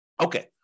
Okay